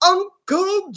Uncle